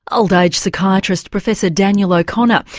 old age psychiatrist professor daniel o'connor.